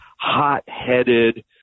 hot-headed